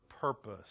purpose